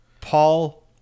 Paul